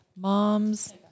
mom's